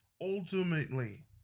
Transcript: ultimately